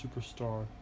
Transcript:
superstar